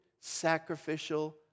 sacrificial